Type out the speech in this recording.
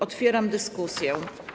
Otwieram dyskusję.